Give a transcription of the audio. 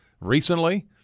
recently